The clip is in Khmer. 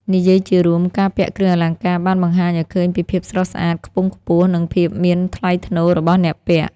និយាយជារួម ការពាក់គ្រឿងអលង្ការបានបង្ហាញឲ្យឃើញពីភាពស្រស់ស្អាត ខ្ពង់ខ្ពស់ និងភាពមានថ្លៃថ្នូររបស់អ្នកពាក់។